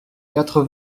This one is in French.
quatre